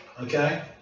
okay